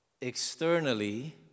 externally